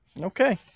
Okay